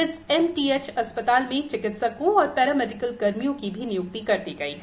इस एमटीएच अस्पताल में चिकित्सकों और पैरा मेडिकल कर्मियों की भी नियुक्ति कर दी गई है